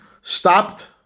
stopped